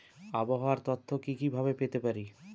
আবহাওয়ার তথ্য কি কি ভাবে পেতে পারি?